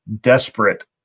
desperate